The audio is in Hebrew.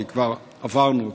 כי כבר עברנו אותו.